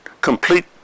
complete